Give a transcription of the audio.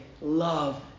love